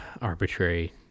Arbitrary